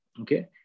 okay